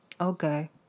Okay